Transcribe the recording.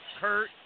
Kurt